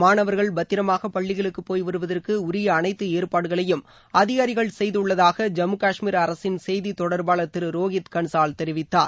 மாணவர்கள் பத்திரமாக பள்ளிகளுக்கு போய் வருவதற்கு உரிய அனைத்து ஏற்பாடுகளையும் அதிகாரிகள் செய்துள்ளதாக ஜம்மு கஷ்மீர் அரசின் செய்தி தொடர்பாளர் திரு ரோகித் கன்சால் இதனை தெரிவித்தார்